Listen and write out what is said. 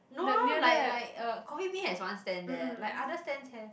no lor like like uh coffee-bean has one stand there like other stands have